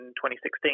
2016